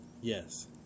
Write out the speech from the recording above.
Yes